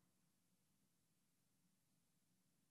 זה